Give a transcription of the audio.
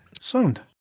sound